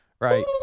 Right